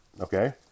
Okay